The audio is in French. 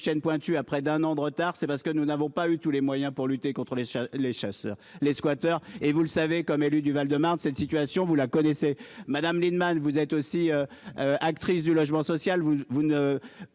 Chêne Pointu à près d'un an de retard, c'est parce que nous n'avons pas eu tous les moyens pour lutter contre les chasseurs, les squatters et vous le savez, comme élu du Val-de-Marne. Cette situation, vous la connaissez Madame Lienemann, vous êtes aussi. Actrice du logement social.